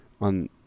on